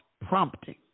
prompting